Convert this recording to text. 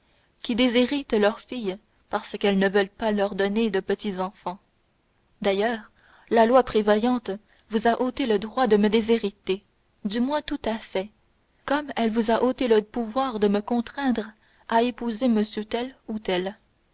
qui déshéritent leurs filles parce qu'elles ne veulent pas leur donner de petits-enfants d'ailleurs la loi prévoyante vous a ôté le droit de me déshériter du moins tout à fait comme elle vous a ôté le pouvoir de me contraindre à épouser monsieur